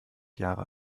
jahre